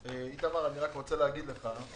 איתמר, אני רק רוצה להגיד לך: